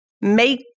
make